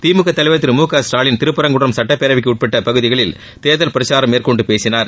திமுக தலைவர் திரு மு க ஸ்டாலின் திருப்பரங்குன்றம் சட்டப்பேரவைக்கு உட்பட்ட பகுதிகளில ் தேர்தல் பிரச்சாரம் மேற்கொண்டு பேசினார்